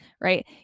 right